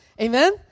Amen